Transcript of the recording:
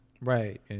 right